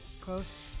Close